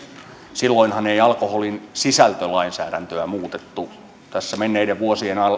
silloinhan ei alkoholin sisältölainsäädäntöä muutettu tässä menneiden vuosien